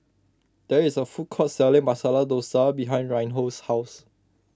there is a food court selling Masala Dosa behind Reinhold's house